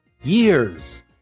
years